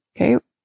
okay